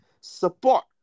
support